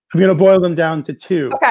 i'm going to boil them down to two. yeah